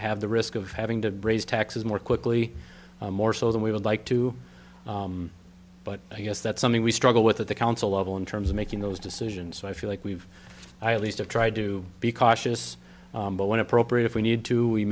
have the risk of having to raise taxes more quickly more so than we would like to but i guess that's something we struggle with at the council level in terms of making those decisions so i feel like we've i at least have tried to be cautious when appropriate if we need to